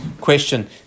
question